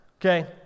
okay